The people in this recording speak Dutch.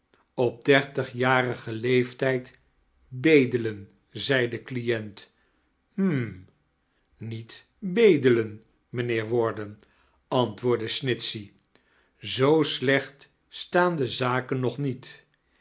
op dertigjarigen leeftijd bedelen zei de client hm niet bedelen mijnheer warden antwoordde snitehey zoo sdecht staan de zaken nog niet